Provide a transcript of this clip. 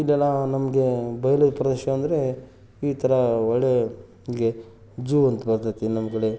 ಇದೆಲ್ಲ ನಮಗೆ ಬಯಲು ಪ್ರದೇಶ ಅಂದರೆ ಈ ಥರ ಒಳ್ಳೆಯ ಜೂ ಅಂತ ಬರ್ತದೆ ನಮ್ಮ ಕಡೆ